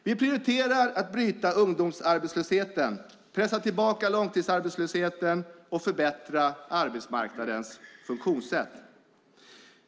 Vi prioriterar att bryta ungdomsarbetslösheten, pressa tillbaka långtidsarbetslösheten och förbättra arbetsmarknadens funktionssätt.